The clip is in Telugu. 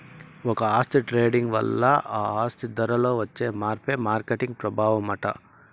ఒక ఆస్తి ట్రేడింగ్ వల్ల ఆ ఆస్తి ధరలో వచ్చే మార్పే మార్కెట్ ప్రభావమట